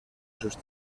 sus